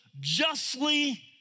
justly